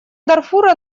дарфура